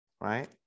right